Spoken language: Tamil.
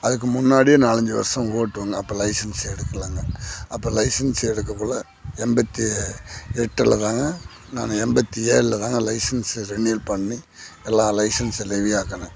அதுக்கு முன்னாடியே நாலு அஞ்சு வர்ஷோம் ஓட்டுவேங்க அப்போ லைசன்ஸ் எடுக்கலங்க அப்போ லைசன்ஸ் எடுக்கக்குள்ளே எண்பத்தி எட்டில் தாங்க நானு எண்பத்தி ஏழில் தாங்க லைசன்ஸு ரெனிவல் பண்ணி எல்லா லைசன்ஸை ஆக்கினேன்